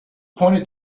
pointed